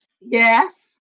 yes